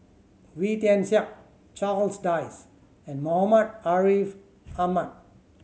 Wee Tian Siak Charles Dyce and Muhammad Ariff Ahmad